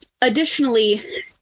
additionally